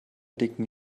dicken